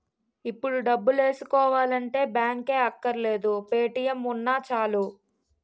ఇప్పుడు డబ్బులేసుకోవాలంటే బాంకే అక్కర్లేదు పే.టి.ఎం ఉన్నా చాలు